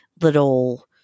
little